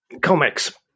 Comics